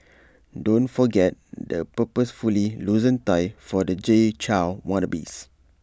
don't forget the purposefully loosened tie for the Jay Chou wannabes